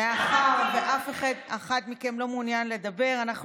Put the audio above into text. מאחר שאף אחד מכם לא מעוניין לדבר אנחנו